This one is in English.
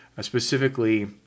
specifically